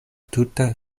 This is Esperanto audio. tute